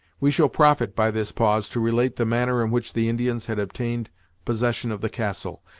we shall profit by this pause to relate the manner in which the indians had obtained possession of the castle,